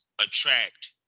attract